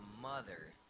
mother